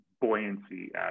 buoyancy